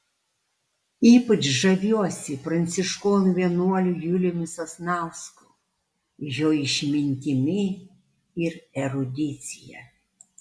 ypač žaviuosi pranciškonų vienuoliu juliumi sasnausku jo išmintimi ir erudicija